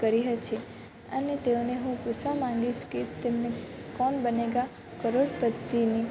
કર્યા છે અને તેઓને હું પુછવા માંગીશ કે તેમણે કોન બનેગા કરોડપતિની